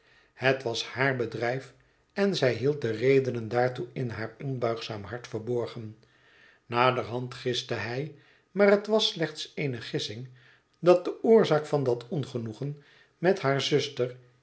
het was haar bedrijf en zij hield de redenen daartoe in haar onbuigzaam hart verborgen naderhand giste hij maar het was slechts eene gissing dat de oorzaak van dat ongenoegen met haar zuster